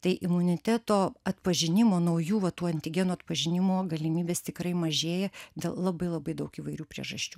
tai imuniteto atpažinimo naujų va tų antigenų atpažinimo galimybės tikrai mažėja dėl labai labai daug įvairių priežasčių